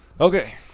Okay